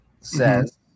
says